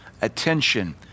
attention